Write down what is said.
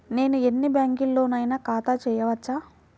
నేను ఎన్ని బ్యాంకులలోనైనా ఖాతా చేయవచ్చా?